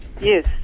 yes